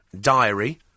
diary